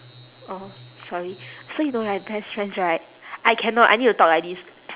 oh sorry so you know right best friends right I cannot I need to talk like this